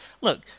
look